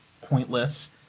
pointless